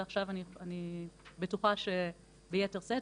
ועכשיו אני בטוחה שביתר שאת,